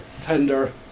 tender